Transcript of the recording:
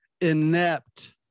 inept